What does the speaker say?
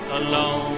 alone